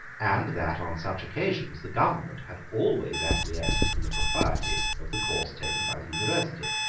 and that, on such occasions, the government had always acquiesced in the propriety of the course taken by the university.